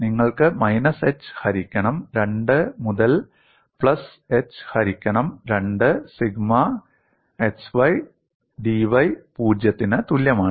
നിങ്ങൾക്ക് minus h ഹരിക്കണം 2 മുതൽ പ്ലസ് h ഹരിക്കണം 2 സിഗ്മ xydY 0 ന് തുല്യമാണ്